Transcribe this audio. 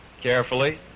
carefully